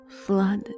flood